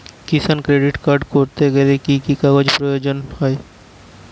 কিষান credit card করতে গেলে কি কি কাগজ প্রয়োজন হয়?